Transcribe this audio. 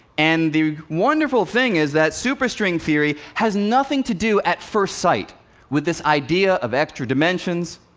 and the wonderful thing is that superstring theory has nothing to do at first sight with this idea of extra dimensions,